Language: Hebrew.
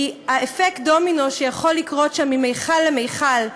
כי אפקט הדומינו שיכול לקרות שם ממכל למכל,